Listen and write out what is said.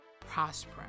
prosper